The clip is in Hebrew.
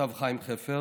כתב חיים חפר,